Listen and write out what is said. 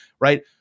Right